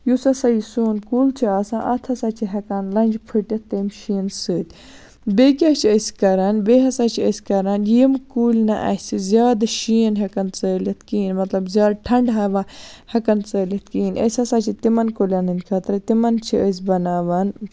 یُس ہَسا یہِ سون کُل چھُ آسان اتھ ہَسا چھِ ہیٚکان لَنجہِ پھٕٹِتھ تمہِ شیٖنہِ سۭتۍ بیٚیہِ کیاہ چھِ أسۍ کَران بیٚیہِ ہَسا چھِ أسۍ کَران یِم کُلۍ نہٕ اَسہِ زیادٕ شیٖن ہیٚکَن ژٲلِتھ کِہیٖنۍ مَطلَب زیاد ٹھَنڈٕ ہَوا ہیٚکَن ژٲلِتھ کِہیٖنۍ أسۍ ہَسا چھِ تِمَن کُلٮ۪ن ہٕنٛدۍ خٲطرٕ تمن چھِ أسۍ بَناوان